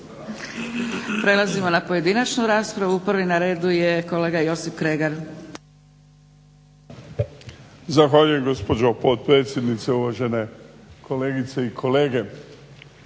Prelazimo na pojedinačnu raspravu prvi na redu je kolega Josip Kregar. **Kregar, Josip (Nezavisni)** Zahvaljujem gospođo potpredsjednice. Uvažene kolegice i kolege.